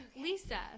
Lisa